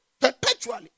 Perpetually